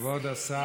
כבוד השר.